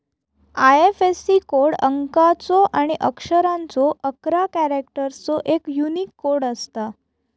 IFSC code अंकाचो आणि अक्षरांचो अकरा कॅरेक्टर्सचो एक यूनिक कोड असता